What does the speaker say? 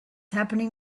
happening